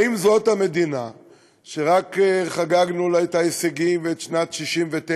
האם זאת המדינה שרק חגגנו לה את ההישגים ואת שנת 69?